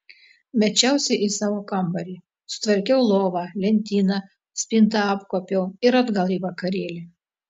mečiausi į savo kambarį sutvarkiau lovą lentyną spintą apkuopiau ir atgal į vakarėlį